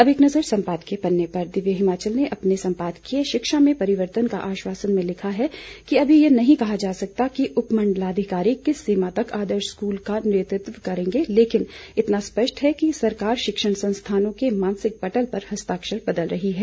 अब एक नज़र सम्पादकीय पन्ने पर दिव्य हिमाचल ने अपने सम्पादकीय शिक्षा में परिवर्तन का आश्वासन में लिखा है कि अभी ये नहीं कहा जा सकता कि उपमंडलाधिकारी किस सीमा तक आदर्श स्कूलों का नेतृत्व करेंगे लेकिन इतना स्पष्ट है कि सरकार शिक्षण संस्थानों के मानसिक पटल पर हस्ताक्षर बदल रही है